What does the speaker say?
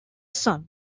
son